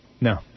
No